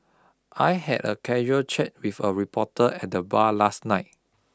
I had a casual chat with a reporter at the bar last night